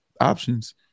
options